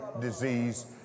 disease